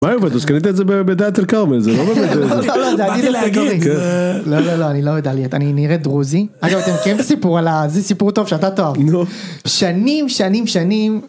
מה היא עובדת אז קנית את זה בדלית אל כרמל זה לא באמת איזה. רציתי להגיד, לא לא לא אני לא מדלית, אני נראה דרוזי. אגב אתם מכירים את הסיפור על ה..זה סיפור טוב שאתה תאהב. שנים שנים שנים.